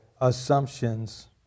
assumptions